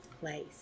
place